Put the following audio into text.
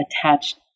attached